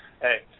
Hey